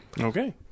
Okay